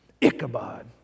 Ichabod